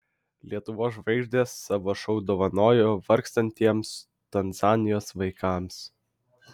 lietuvos žvaigždės savo šou dovanojo vargstantiems tanzanijos vaikams